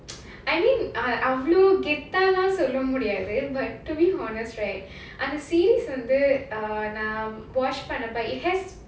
I mean uh அவ்ளோ கெத்தாலாம் சொல்ல முடியாது:avlo gethalaam solla mudiyadhu but to be honest right அந்த:antha series வந்து நா:vanthu naa watch பண்ணும்போது:pannumpodhu it has